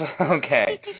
Okay